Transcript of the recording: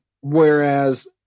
Whereas